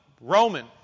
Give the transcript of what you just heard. Roman